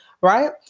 right